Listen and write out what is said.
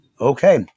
okay